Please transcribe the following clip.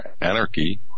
anarchy